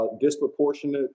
disproportionate